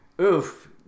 oof